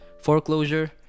Foreclosure